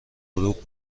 غروب